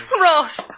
Ross